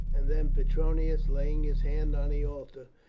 and then petronius, laying his hand on the altar,